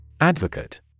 Advocate